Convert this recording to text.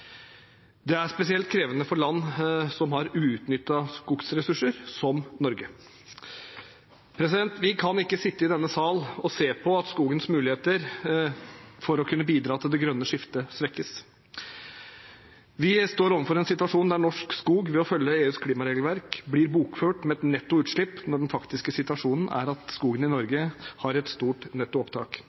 Dette er spesielt krevende for land som har uutnyttede skogressurser, som Norge. Vi kan ikke sitte i denne sal og se på at skogens muligheter for å kunne bidra til det grønne skiftet svekkes. Vi står overfor en situasjon der norsk skog ved å følge EUs klimaregelverk blir bokført med et netto utslipp, når den faktiske situasjonen er at skogen i Norge har et stort